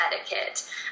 etiquette